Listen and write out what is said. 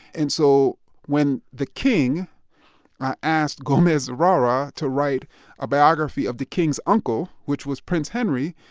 and so when the king asked gomes zurara to write a biography of the king's uncle, which was prince henry,